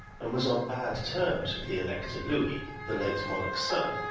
and was on bad terms with the elector louis, the late monarch's son,